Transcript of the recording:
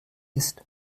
ist